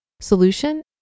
Solution